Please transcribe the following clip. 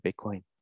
Bitcoin